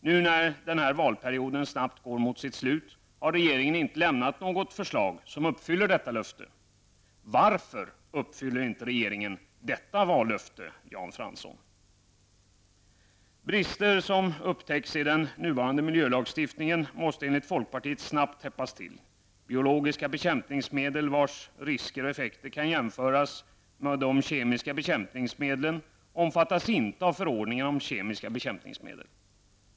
Nu när den här valperioden snabbt går mot sitt slut har regeringen inte lämnat något förslag som uppfyller detta löfte. Varför uppfyller inte regeringen detta vallöfte, Jan Fransson? Brister som upptäcks i dne nuvarande miljölagstiftningen måste enligt folkpartiet snabbt täppas till. Biologiska bekämpningsmedel, vilkas risker och effekter kan jämföras med de kemiska bekämpningsmedlens, omfattas inte av förordningen om kemiska bekämpningsmedel.